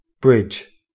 Bridge